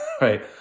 right